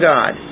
God